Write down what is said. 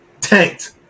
tanked